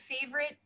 favorite